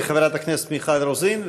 חברת הכנסת מיכל רוזין,